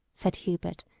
said hubert,